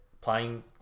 playing